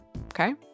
okay